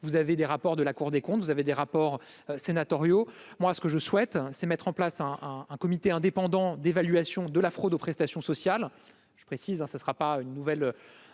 vous avez des rapports de la Cour des comptes, vous avez des rapports sénatoriaux, moi ce que je souhaite, c'est mettre en place un un comité indépendant d'évaluation de la fraude aux prestations sociales, je précise, hein, ça, ce sera pas une nouvelle,